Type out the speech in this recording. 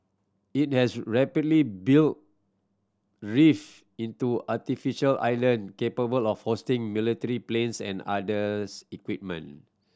it has rapidly built reef into artificial island capable of hosting military planes and others equipment